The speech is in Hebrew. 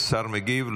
השר מגיב?